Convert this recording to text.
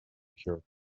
pure